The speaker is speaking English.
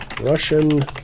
Russian